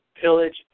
pillage